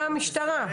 במשטרה.